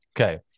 Okay